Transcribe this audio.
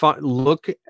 Look